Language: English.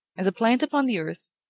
as a plant upon the earth,